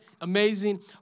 Amazing